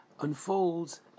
unfolds